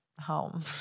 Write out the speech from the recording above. home